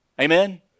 Amen